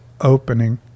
opening